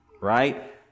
Right